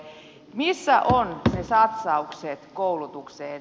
missä ovat ne satsaukset koulutukseen